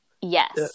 yes